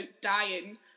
dying